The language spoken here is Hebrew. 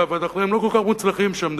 אגב, הם לא כל כך מוצלחים שם.